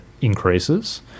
increases